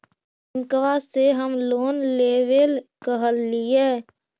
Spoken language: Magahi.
बैंकवा से हम लोन लेवेल कहलिऐ?